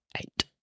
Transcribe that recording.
eight